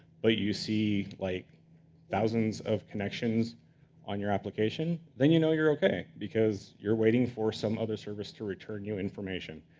but you see like thousands of connections on your application, then you know you're ok, because you're waiting for some other service to return new information.